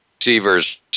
receivers